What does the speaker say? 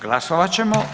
Glasovat ćemo.